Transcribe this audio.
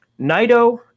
Naito